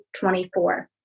24